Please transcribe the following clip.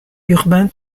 urbain